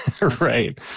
Right